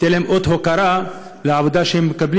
ניתן להם אות הוקרה על העבודה שהם עושים,